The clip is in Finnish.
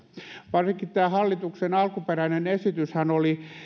varsinkin tämä hallituksen alkuperäinen esityshän oli